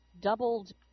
doubled